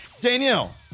Danielle